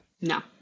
no